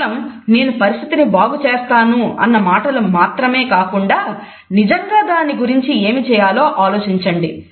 కేవలం నేను పరిస్థితిని బాగు చేస్తాను అన్న మాటలు మాత్రమే కాకుండా నిజంగా దాని గురించి ఏమి చేయాలో ఆలోచించండి